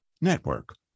Network